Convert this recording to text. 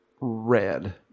Red